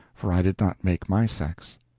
for i did not make my sex.